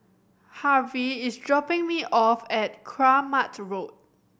Harvie is dropping me off at Kramat Road